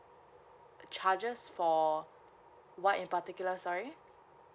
charges for what in particular sorry